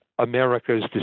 America's